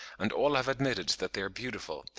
and all have admitted that they are beautiful,